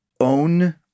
Own